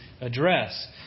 address